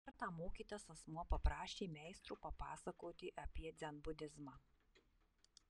kartą mokytas asmuo paprašė meistro papasakoti apie dzenbudizmą